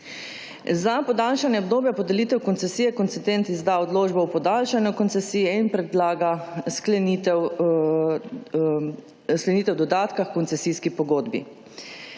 Za podaljšanje obdobja podelitev koncesije, koncendent izda odločbo o podaljšanju koncesije in predlaga sklenitev dodatka h koncesijski pogodbi.